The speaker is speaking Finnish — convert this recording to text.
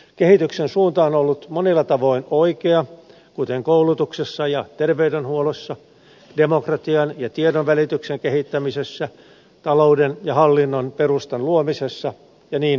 kehityksen suunta on ollut monilla tavoin oikea kuten koulutuksessa ja terveydenhuollossa demokratian ja tiedonvälityksen kehittämisessä talouden ja hallinnon perustan luomisessa ja niin edelleen